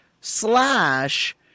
slash